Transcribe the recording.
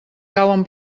cauen